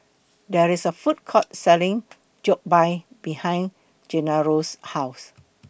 There IS A Food Court Selling Jokbal behind Genaro's House